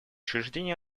учреждения